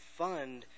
fund